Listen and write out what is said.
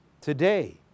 today